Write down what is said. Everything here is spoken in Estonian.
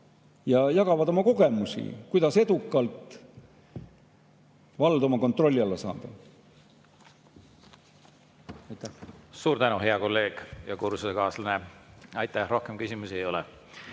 nad jagavad oma kogemusi, kuidas edukalt vald oma kontrolli alla saada.